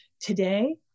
today